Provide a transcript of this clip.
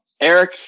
Eric